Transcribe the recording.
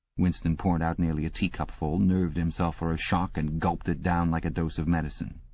winston poured out nearly a teacupful, nerved himself for a shock, and gulped it down like a dose of medicine.